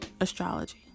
astrology